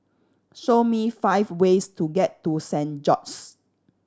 show me five ways to get to Saint George's